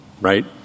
right